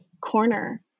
corner